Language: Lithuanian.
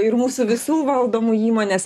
ir mūsų visų valdomų įmones